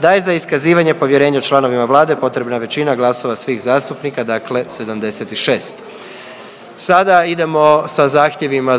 da je za iskazivanje povjerenja članovima Vlade potrebna većina glasova svih zastupnika, dakle 76. Sada idemo sa zahtjevima